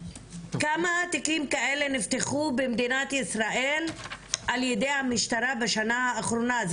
כמה תיקים כאלה נפתחו במדינת ישראל על ידי המשטרה בשנה האחרונה.